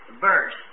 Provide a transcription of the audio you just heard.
verse